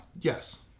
Yes